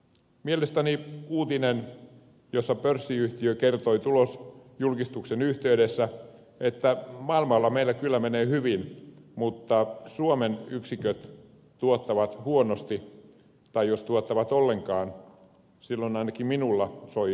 mielestäni uutinen jossa pörssiyhtiö kertoi tulosjulkistuksen yhteydessä että maailmalla meillä kyllä menee hyvin mutta suomen yksiköt tuottavat huonosti jos tuottavat ollenkaan sai ainakin minulla hälytyskellot soimaan